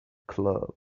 club